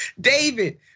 David